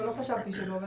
לא חשבתי שלא.